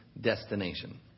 destination